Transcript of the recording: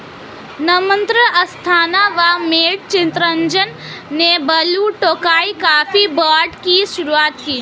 नम्रता अस्थाना व मैट चितरंजन ने Blue Tokai coffee brand की शुरुआत की